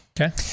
Okay